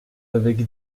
avec